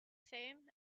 fame